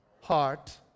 heart